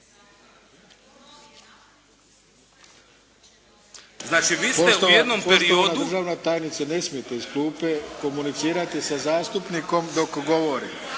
Znači vi ste u jednom. **Arlović, Mato (SDP)** Poštovana državna tajnice, ne smijete iz klupe komunicirati sa zastupnikom dok govori,